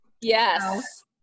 Yes